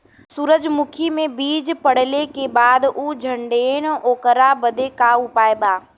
सुरजमुखी मे बीज पड़ले के बाद ऊ झंडेन ओकरा बदे का उपाय बा?